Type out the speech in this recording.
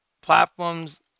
Platforms